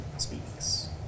Speaks